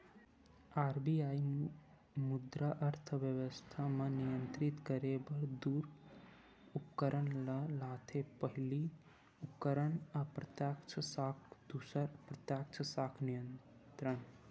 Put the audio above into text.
RBI मुद्रा अर्थबेवस्था म नियंत्रित करे बर दू उपकरन ल लाथे पहिली उपकरन अप्रत्यक्छ साख दूसर प्रत्यक्छ साख नियंत्रन